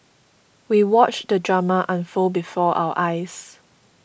we watched the drama unfold before our eyes